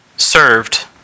Served